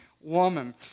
woman